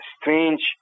strange